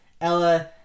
Ella